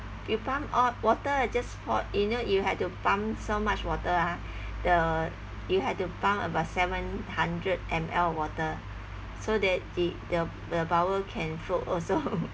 you pump out water just pour in you know you had to pump so much water ah the you had to pump about seven hundred M_L water so that the the the bowel can flow also